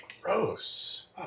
gross